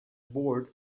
board